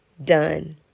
Done